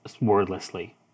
Wordlessly